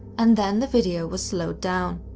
and then the video was slowed down.